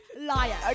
liar